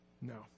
No